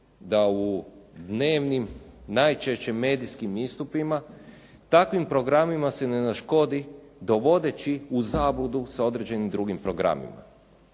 da u dnevnim najčešće medijskim istupima takvim programima se ne naškodi dovodeći u zabludu sa određenim drugim programima.